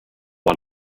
one